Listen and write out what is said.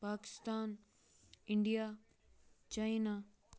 Pakistan India China